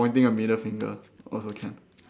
pointing a middle finger also can